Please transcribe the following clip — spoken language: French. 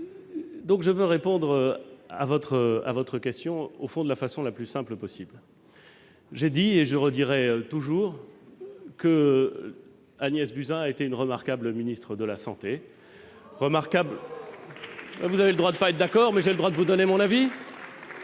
... Je veux répondre à votre question de la façon la plus simple possible. J'ai effectivement dit, et je répéterai toujours, qu'Agnès Buzyn a été une remarquable ministre de la santé. Oh ! Vous avez le droit de ne pas être d'accord, mais j'ai le droit de vous donner mon avis !